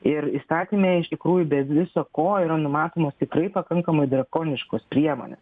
ir įstatyme iš tikrųjų be viso ko ir numatomos tikrai pakankamai drakoniškos priemonės